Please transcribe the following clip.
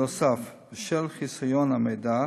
נוסף על כך, בשל חסיון המידע,